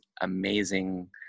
amazing